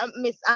miss